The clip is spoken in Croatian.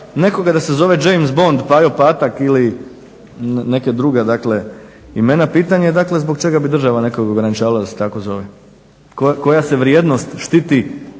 nekoga da se zove James Bond, Pajo Patak ili neka druga dakle imena, pitanje je dakle zbog čega bi država nekog ograničavala da se tako zove? Koja se vrijednost štiti